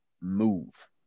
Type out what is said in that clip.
move